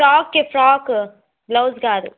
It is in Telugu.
ఫ్రాక్కే ఫ్రాక్ బ్లౌజ్ కాదు